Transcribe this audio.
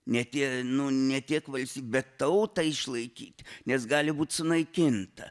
ne tie nu ne tiek valstybę tautą išlaikyti nes gali būt sunaikinta